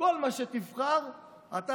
בכל מה שתבחר היום,